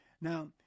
Now